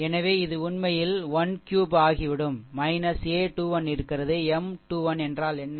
எனவே இது உண்மையில் 1 க்யூப் ஆகிவிடும் a 21 இருக்கிறது M21 என்றால் என்ன